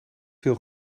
veel